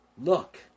Look